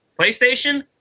PlayStation